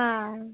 हँ